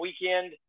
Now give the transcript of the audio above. weekend